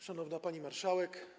Szanowna Pani Marszałek!